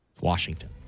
Washington